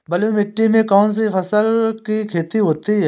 बलुई मिट्टी में कौनसी फसल की खेती होती है?